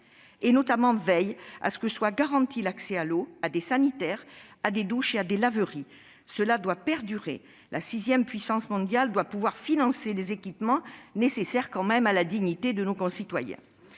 notamment à ce que soit garanti l'accès à l'eau, à des sanitaires, à des douches et à des laveries. Cela doit perdurer. La sixième puissance mondiale doit pouvoir financer les équipements nécessaires à la dignité de nos concitoyens.